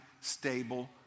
stable